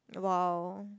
wow